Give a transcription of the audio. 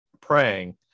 praying